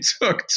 took